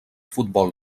futbol